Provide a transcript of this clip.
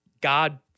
God